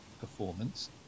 performance